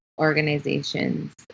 organizations